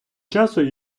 часу